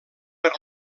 per